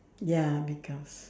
ya big house